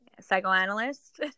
psychoanalyst